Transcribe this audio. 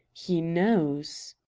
he knows!